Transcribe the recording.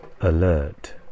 alert